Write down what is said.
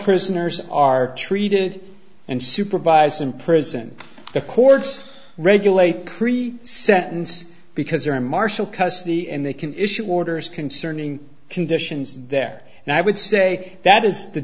prisoners are treated and supervised in prison the courts regulate cre sentence because they're in martial custody and they can issue orders concerning conditions there and i would say that is the